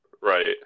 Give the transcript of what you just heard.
Right